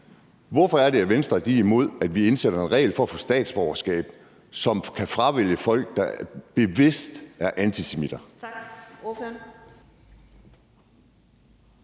Hvorfor er det, at Venstre er imod, at vi indsætter en regel for at få statsborgerskab, som kan frasortere folk, der bevidst er antisemitter?